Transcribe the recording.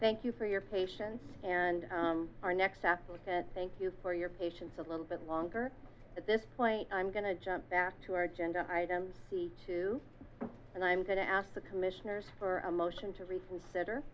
thank you for your patience and our next after that thank you for your patience a little bit longer at this point i'm going to jump back to our agenda items to and i'm going to ask the commissioners for a motion to reconsider